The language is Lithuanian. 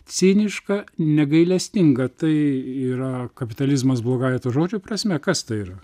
ciniška negailestinga tai yra kapitalizmas blogąja to žodžio prasme kas tai yra